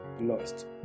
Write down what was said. lost